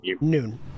noon